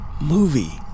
movie